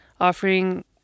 offering